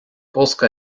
bosca